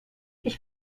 ich